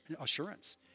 assurance